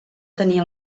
tenir